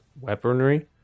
weaponry